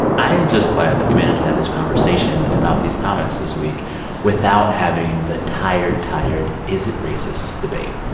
i'm just glad that we managed to have this conversation about these comments this week without having the tired, tired is-it-racist debate.